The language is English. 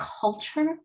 culture